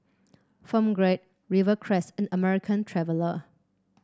Film Grade Rivercrest and American Traveller